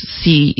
see